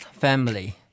Family